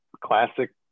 classic